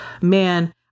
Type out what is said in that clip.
Man